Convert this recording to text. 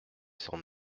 cent